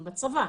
הם בצבא.